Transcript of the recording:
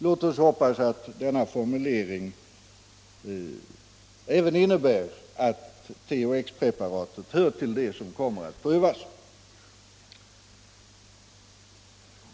Låt oss hoppas att denna formulering även innebär att THX-preparatet hör till de saker som prövas.